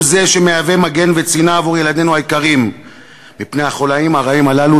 מהווה מגן וצינה עבור ילדינו היקרים מפני החוליים הרעים הללו.